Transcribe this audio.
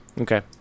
Okay